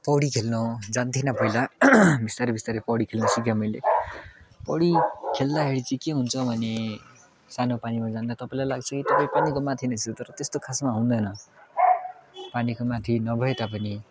पौडी खेल्नु जान्थिनँ पहिला बिस्तारी बिस्तारी पौडी खेल्नु सिकेँ मैले पौडी खेल्दाखेरि चाहिँ के हुन्छ भने सानो पानीमा जाँदा तपाईँलाई लाग्छ कि तपाईँ पानीको माथि नै छु तर त्यस्तो खासमा हुँदैन पानीको माथि नभए तापनि